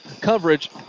coverage